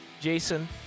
Jason